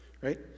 Right